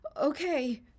okay